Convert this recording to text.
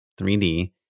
3D